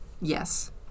Yes